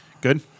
Good